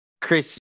Chris